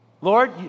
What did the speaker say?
Lord